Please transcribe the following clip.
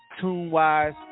tune-wise